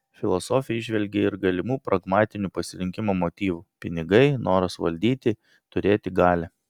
filosofė įžvelgė ir galimų pragmatinių pasirinkimo motyvų pinigai noras valdyti turėti galią